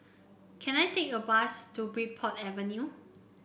can I take a bus to Bridport Avenue